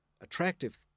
attractive